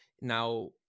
now